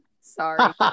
Sorry